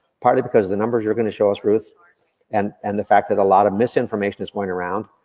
partly because of the numbers you're gonna show us, ruth, and and the fact that a lot of misinformation is going around,